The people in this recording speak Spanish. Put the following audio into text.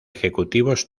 ejecutivos